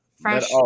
Fresh